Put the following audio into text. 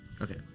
Okay